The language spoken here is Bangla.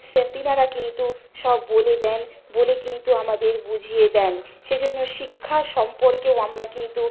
সে তিনারা কিন্তু সব বলে দেন বলে কিন্তু আমাদের বুঝিয়ে দেন সেজন্য শিক্ষা সম্পর্কেও আমরা কিন্তু